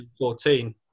2014